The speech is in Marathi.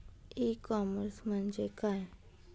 ई कॉमर्स म्हणजे काय?